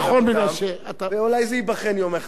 ואולי זה ייבחן יום אחד, אני לא יודע.